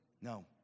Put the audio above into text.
No